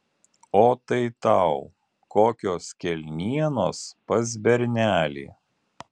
o tai tau kokios kelnienos pas bernelį